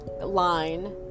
line